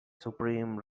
supreme